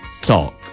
Talk